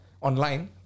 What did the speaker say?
online